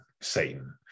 satan